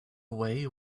away